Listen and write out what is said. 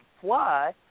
fly